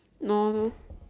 no